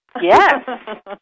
Yes